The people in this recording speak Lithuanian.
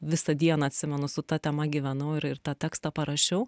visą dieną atsimenu su ta tema gyvenau ir ir tą tekstą parašiau